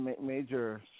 major